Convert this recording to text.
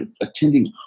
attending